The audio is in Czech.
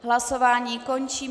Hlasování končím.